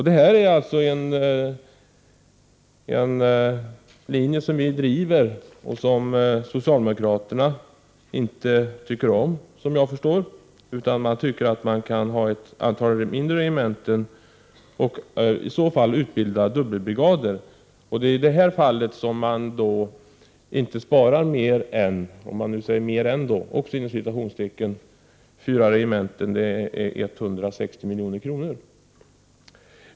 Det här är den linje som vi driver men som socialdemokraterna inte tycker om, såvitt jag förstår, utan menar att man kan ha ett antal mindre regementen och i så fall utbilda dubbelbrigader. I det fallet sparar man inte ”mer än” fyra regementen, det är 160 milj.kr.